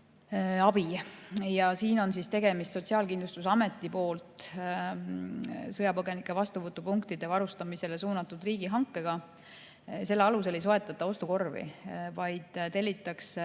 antavat esmast abi. Tegemist on Sotsiaalkindlustusameti poolt sõjapõgenike vastuvõtupunktide varustamisele suunatud riigihankega. Selle alusel ei soetata ostukorvi, vaid tellitakse